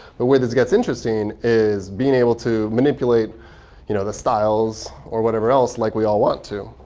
but way this gets interesting is being able to manipulate you know the styles, or whatever else, like we all want to.